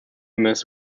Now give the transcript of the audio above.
miss